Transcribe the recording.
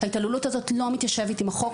ההתעללות הזאת לא מתיישבת עם החוק,